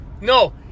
No